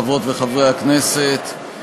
חברות וחברי הכנסת,